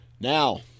Now